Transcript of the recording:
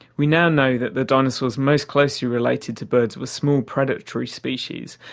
we now know that the dinosaurs most closely related to birds were small predatory species,